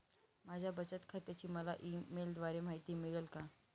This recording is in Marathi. माझ्या बचत खात्याची मला ई मेलद्वारे माहिती मिळेल का?